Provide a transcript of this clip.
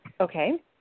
Okay